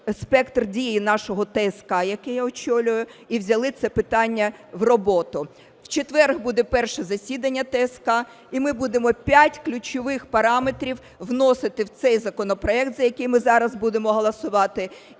спектр дії нашої ТСК, яку я очолюю, і взяли це питання в роботу. В четвер буде перше засідання ТСК, і ми будемо п'ять ключових параметрів вносити в цей законопроект, за який ми зараз будемо голосувати.